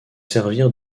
servir